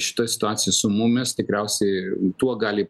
šitoj situacijoj su mumis tikriausiai tuo gali